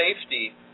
safety